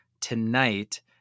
tonight